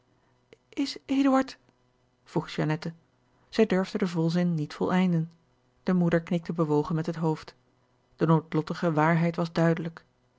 vroeg jeannette zij durfde den volzin niet voleinden de moeder knikte bewogen met het hoofd de noodlottige waarheid was duidelijk